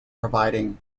providing